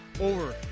over